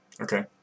Okay